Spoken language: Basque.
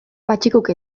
patxikuk